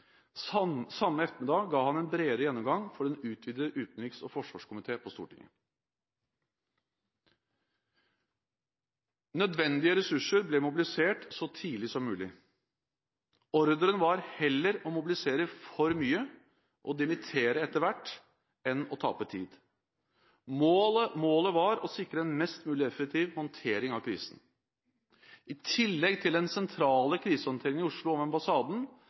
Samme ettermiddag ga han en bredere gjennomgang for den utvidede utenriks- og forsvarskomité på Stortinget. Nødvendige ressurser ble mobilisert så tidlig som mulig. Ordren var heller å mobilisere for mye, og dimittere etter hvert, enn å tape tid. Målet var å sikre en mest mulig effektiv håndtering av krisen. I tillegg til den sentrale krisehåndteringen i Oslo og ved ambassaden